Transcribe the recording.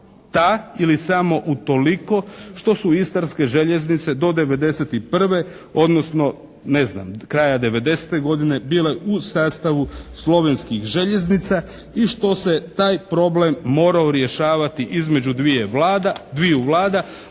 ta, ili samo utoliko što su istarske željeznice do '91. odnosno, ne znam, od kraja '90. godine bile u sastavu slovenskih željeznica i što se taj problem morao rješavati između dviju Vlada,